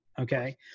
Okay